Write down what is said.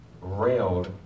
railed